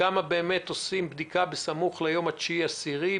וכמה באמת עושים בדיקה בסמוך ליום ה-10-9